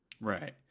right